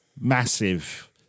massive